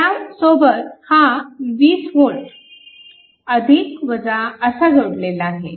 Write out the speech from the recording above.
त्यासोबत हा 20V असा जोडलेला आहे